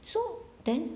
so then